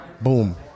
boom